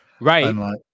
right